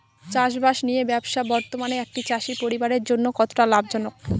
চাষবাষ নিয়ে ব্যবসা বর্তমানে একটি চাষী পরিবারের জন্য কতটা লাভজনক?